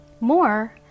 More